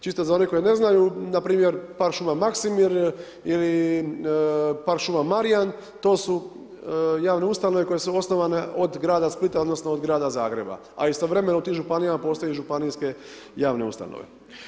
Čisto za one koji ne znaju, na primjer park šuma Maksimir ili park šuma Marijan to su javne ustanove koje su osnovane od grada Splita, odnosno od grada Zagreba, a istovremeno u tim županijama postoje županijske javne ustanove.